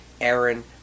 Aaron